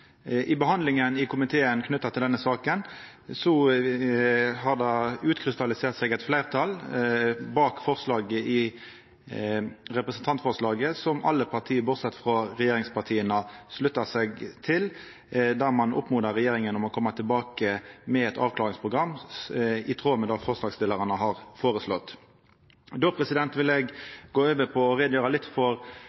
det utkrystallisert seg eit fleirtal bak representantforslaget, som alle partia, med unntak av regjeringspartia, slutta seg til, der ein oppmoda regjeringa om å koma tilbake med eit avklaringsprogram, i tråd med det forslagsstillarane har foreslått. Då vil eg